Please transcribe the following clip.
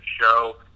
show